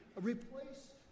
replace